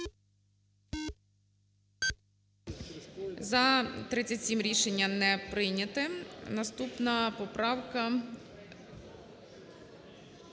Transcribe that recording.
За-37 Рішення не прийнято. Наступна поправка